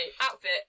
outfit